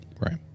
right